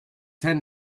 ten